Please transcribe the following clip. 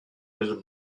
his